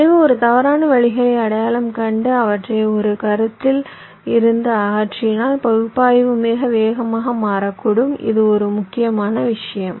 எனவே ஒரு தவறான வழிகளை அடையாளம் கண்டு அவற்றை ஒரு கருத்தில் இருந்து அகற்றினால் பகுப்பாய்வு மிக வேகமாக மாறக்கூடும் இது ஒரு முக்கியமான விஷயம்